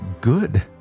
good